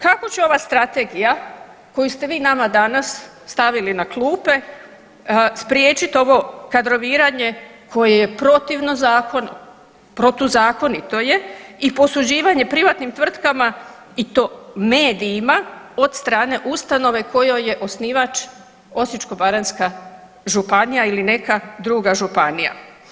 Kako će ova strategija koju ste vi nama danas stavili na klupe spriječiti ovo kadroviranje koje je protivno zakonu, protuzakonito je i posuđivanje privatnim tvrtkama i to medijima od strane ustanove kojoj je osnivač Osječko-baranjska županija ili neka druga županija.